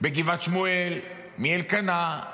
בגבעת שמואל, מאלקנה.